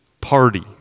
party